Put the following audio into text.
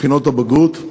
בבחינות הבגרות.